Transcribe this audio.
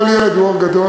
כל ילד הוא אור גדול,